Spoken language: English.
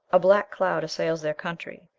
a black cloud assails their country,